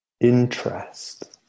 interest